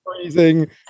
freezing